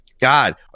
God